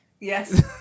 Yes